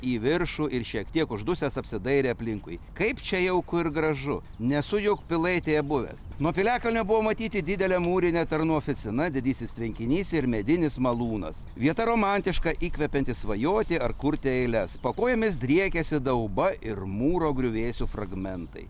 į viršų ir šiek tiek uždusęs apsidairė aplinkui kaip čia jauku ir gražu nesu juk pilaitėje buvęs nuo piliakalnio buvo matyti didelė mūrinė tarnų oficina didysis tvenkinys ir medinis malūnas vieta romantiška įkvepianti svajoti ar kurti eiles po kojomis driekiasi dauba ir mūro griuvėsių fragmentai